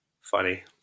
funny